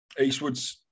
Eastwoods